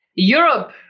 Europe